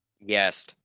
yes